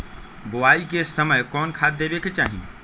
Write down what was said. बोआई के समय कौन खाद देवे के चाही?